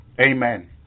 Amen